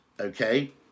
okay